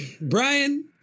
Brian